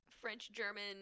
French-German